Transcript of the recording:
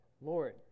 Lord